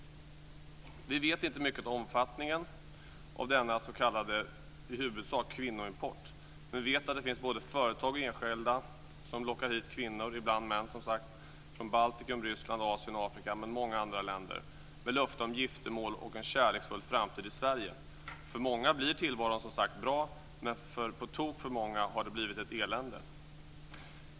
Vi vet inte mycket om omfattningen av denna s.k. kvinnoimport, vilket det i huvudsak är fråga om. Vi vet att det finns både företag och enskilda som lockar hit kvinnor - ibland män - från Baltikum, Ryssland, Asien, Afrika och många andra länder med löfte om giftermål och en kärleksfull framtid i Sverige. För många blir tillvaron, som sagt, bra. Men för på tok för många har det blivit ett elände.